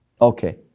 Okay